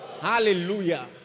Hallelujah